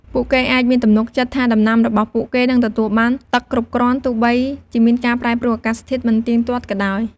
ពួកគេអាចមានទំនុកចិត្តថាដំណាំរបស់ពួកគេនឹងទទួលបានទឹកគ្រប់គ្រាន់ ទោះបីជាមានការប្រែប្រួលអាកាសធាតុមិនទៀងទាត់ក៏ដោយ។